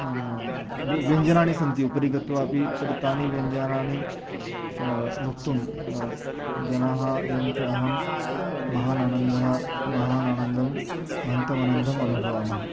मम तु व्यञ्जनानि सन्ति उपरि गत्वापि तु तानि व्यञ्जनानि भोक्तुं जनाः एवं च अहं महान् आनन्दः महान् आनन्दं महान्तमानन्दम् अनुभवामः